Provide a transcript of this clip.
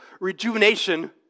rejuvenation